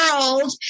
world